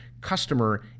customer